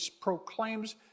proclaims